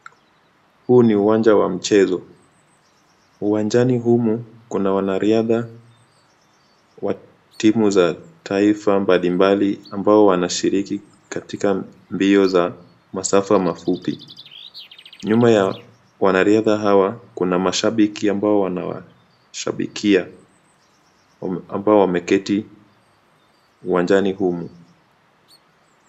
Huu ni uwanja wa mchezo. Uwanjani humu kuna wanariadha wa timu za taifa mbalimbali ambao wanashiriki katika mbio za masafa mafupi. Nyuma ya wanariadha hawa kuna mashabiki ambao wanawashabikia ambao wameketi uwanjani humu.